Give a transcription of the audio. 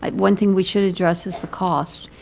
um one thing we should address is the cost.